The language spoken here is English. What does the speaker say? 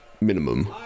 minimum